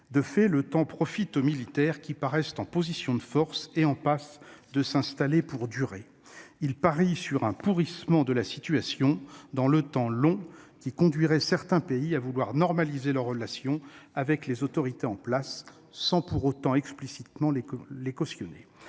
De fait, le temps profite aux militaires qui paraissent en position de force et semblent en passe de s'installer pour durer. Ils parient sur un pourrissement de la situation dans le temps long, qui conduirait certains pays à vouloir normaliser leurs relations avec les autorités en place sans pour autant explicitement les cautionner.